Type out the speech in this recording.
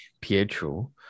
Pietro